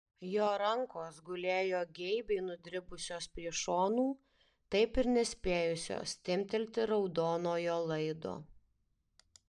jo rankos gulėjo geibiai nudribusios prie šonų taip ir nespėjusios timptelti raudonojo laido